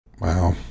Wow